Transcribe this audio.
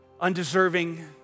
undeserving